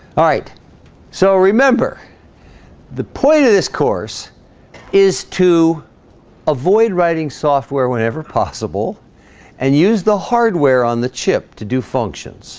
all right so remember the point of this course is to avoid writing software whenever possible and use the hardware on the chip to do functions